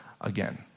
again